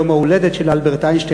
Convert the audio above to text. יום ההולדת של אלברט איינשטיין.